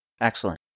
Excellent